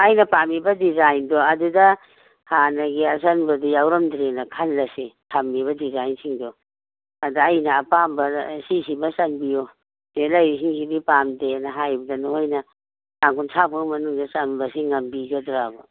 ꯑꯩꯅ ꯄꯥꯝꯃꯤꯕ ꯗꯤꯖꯥꯏꯟꯗꯣ ꯑꯗꯨꯗ ꯍꯥꯟꯅꯒꯤ ꯑꯆꯟꯕꯗꯤ ꯌꯥꯎꯔꯝꯗ꯭ꯔꯦꯅ ꯈꯜꯂꯁꯤ ꯊꯝꯃꯤꯕ ꯗꯤꯖꯥꯏꯟꯁꯤꯡꯗꯣ ꯑꯗ ꯑꯩꯅ ꯑꯄꯥꯝꯕ ꯁꯤꯁꯤꯃ ꯆꯟꯕꯤꯌꯣ ꯁꯤꯗ ꯂꯩꯔꯤꯁꯤꯡꯁꯤꯗꯤ ꯄꯥꯝꯗꯦꯅ ꯍꯥꯏꯕꯗ ꯅꯣꯏꯅ ꯇꯥꯡ ꯀꯨꯟꯊ꯭ꯔꯥꯕꯣꯛ ꯃꯅꯨꯡꯗ ꯆꯟꯕꯁꯤ ꯉꯝꯕꯤꯒꯗ꯭ꯔꯕ